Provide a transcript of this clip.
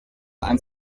ein